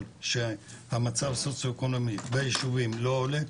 שהמצב הסוציו-אקונומי ביישובים לא עולה,